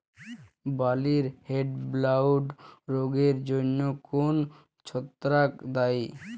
বার্লির হেডব্লাইট রোগের জন্য কোন ছত্রাক দায়ী?